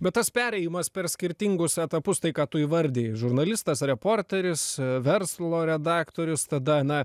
bet tas perėjimas per skirtingus etapus tai ką tu įvardijai žurnalistas reporteris verslo redaktorius tada na